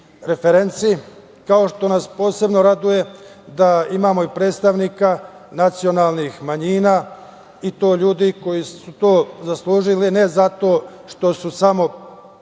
referenci, kao što nas posebno raduje da imamo i predstavnika nacionalnih manjina i to ljudi koji su to zaslužili ne zato što su samo